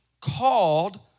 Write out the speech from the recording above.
called